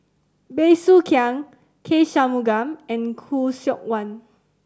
Bey Soo Khiang K Shanmugam and Khoo Seok Wan